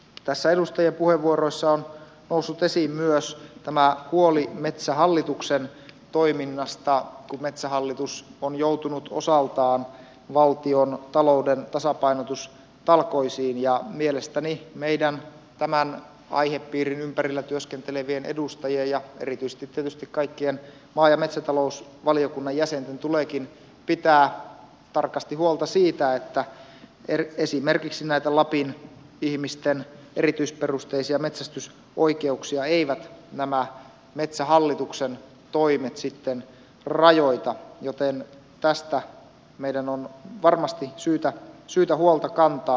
tässä edustajien puheenvuoroissa on noussut esiin myös tämä huoli metsähallituksen toiminnasta kun metsähallitus on joutunut osaltaan valtiontalouden tasapainotustalkoisiin ja mielestäni meidän tämän aihepiirin ympärillä työskentelevien edustajien ja erityisesti tietysti kaikkien maa ja metsätalousvaliokunnan jäsenten tuleekin pitää tarkasti huolta siitä että esimerkiksi näitä lapin ihmisten erityisperusteisia metsästysoikeuksia eivät nämä metsähallituksen toimet rajoita joten tästä meidän on varmasti syytä huolta kantaa